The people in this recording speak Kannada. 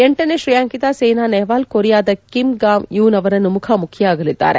ಎಂಟನೇ ಶ್ರೇಯಾಂಕಿತ ಸ್ನೆನಾ ನೆಹ್ಲಾಲ್ ಕೊರಿಯಾದ ಕಿಮ್ ಗಾ ಯೂನ್ ಅವರನ್ನು ಮುಖಾಮುಖಿಯಾಗಲಿದ್ದಾರೆ